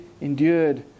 endured